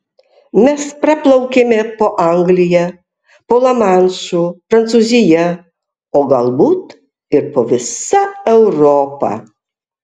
mes praplaukėme po anglija po lamanšu prancūzija o galbūt ir po visa europa